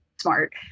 smart